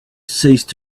ceased